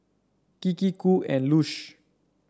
Kiki Qoo and Lush